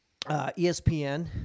ESPN